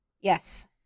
Yes